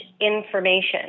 information